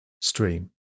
stream